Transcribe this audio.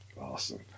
awesome